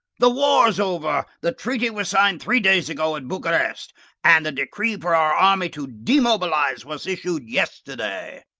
the war's over. the treaty was signed three days ago at bucharest and the decree for our army to demobilize was issued yesterday.